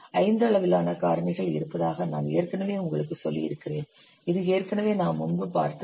ஐந்து அளவிலான காரணிகள் இருப்பதாக நான் ஏற்கனவே உங்களுக்குச் சொல்லியிருக்கிறேன் இது ஏற்கனவே நாம் முன்பு பார்த்தது